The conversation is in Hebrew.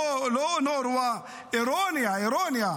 לא אונר"א, אירוניה, אירוניה.